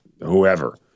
whoever